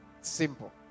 Simple